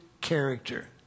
character